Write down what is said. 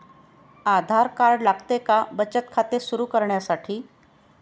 आधार card लागते का बचत खाते सुरू करण्यासाठी?